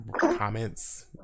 comments